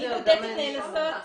אני בודקת נאנסות